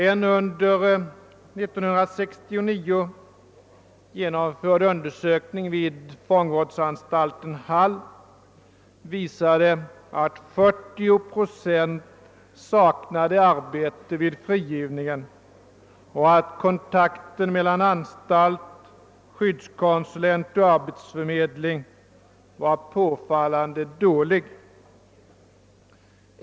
En under 1969 genomförd undersökning vid fångvårdsanstalten Hall visade att 40 procent saknade arbete vid frigivningen och att kontakten mellan anstalt, skyddskonsulent och arbetsförmedling var påfallande dålig.